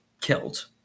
Killed